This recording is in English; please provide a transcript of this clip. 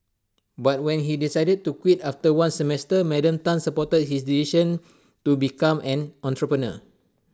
but when he decided to quit after one semester Madam Tan supported his decision to become an entrepreneur